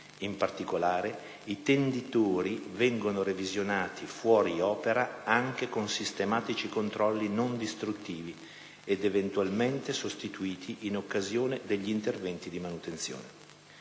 In particolare, i "tenditori" vengono revisionati fuori opera anche con sistematici controlli non distruttivi ed eventualmente sostituiti in occasione degli interventi di manutenzione.